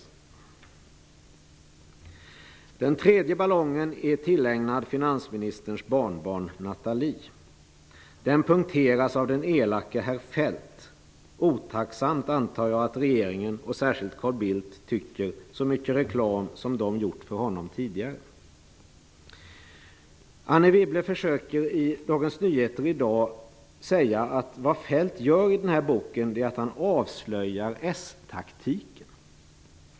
Den tredje ballongen är tillägnad finansministerns barnbarn Nathalie. Den punkteras av den elake herr Feldt. Jag antar att regeringen, och särskilt Carl Bildt, tycker att det är otacksamt med tanke på all reklam som de har gjort för honom tidigare. Anne Wibble försöker i Dagens Nyheter i dag säga att vad Feldt gör i sin bok är att avslöja s-taktiken.